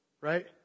right